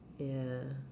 ya